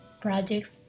projects